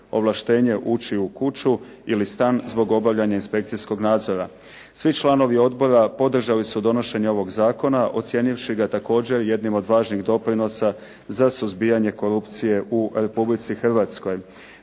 ovlaštenje ući u kuću ili stan zbog obavljanja inspekcijskog nadzora. Svi članovi odbora podržali su donošenje ovog zakona ocijenivši ga također jednim od važnih doprinosa za suzbijanje korupcije u Republici Hrvatskoj.